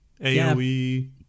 AOE